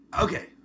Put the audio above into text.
Okay